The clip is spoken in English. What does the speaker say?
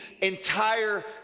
entire